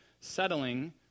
settling